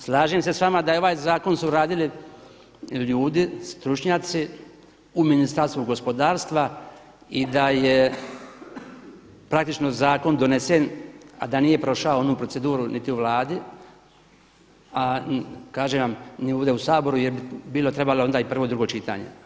Slažem se s vama da su ovaj zakon radili ljudi, stručnjaci u Ministarstvu gospodarstva i da je praktično zakon donesen, a da nije prošao onu proceduru niti u Vladi, a kažem ni ovdje u Saboru jel bi onda trebalo i prvo i drugo čitanje.